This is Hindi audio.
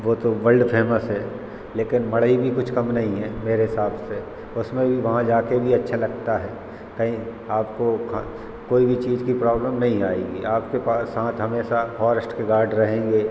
वो तो वल्ड फेमस है लेकिन मढ़ई भी कुछ कम नहीं है मेरे हिसाब से उसमें भी वहाँ जाके भी अच्छा लगता है कहीं आपको कोई भी चीज की प्राॅब्लम नहीं आएगी आपके पास साथ हमेशा फॉरेस्ट के गार्ड रहेंगे